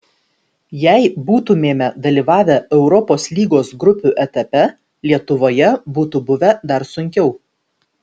jei būtumėme dalyvavę europos lygos grupių etape lietuvoje būtų buvę dar sunkiau